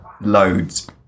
Loads